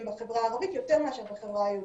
בחברה הערבית יותר מאשר בחברה היהודית.